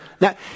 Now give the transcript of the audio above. now